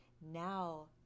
now